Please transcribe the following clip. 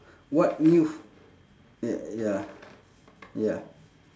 what new f~ y~ ya ya